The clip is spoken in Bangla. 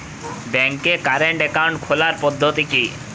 ব্যাংকে কারেন্ট অ্যাকাউন্ট খোলার পদ্ধতি কি?